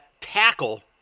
tackle